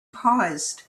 paused